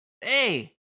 Hey